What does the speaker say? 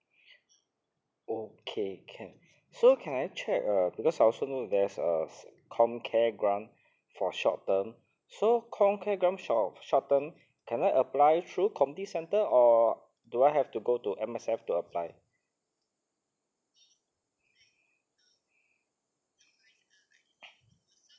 okay can so can I check uh because I also know there's uh comcare grant for short term so comcare grant short short term can I apply through community centre or do I have to go to M_S_F to apply